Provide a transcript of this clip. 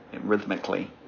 rhythmically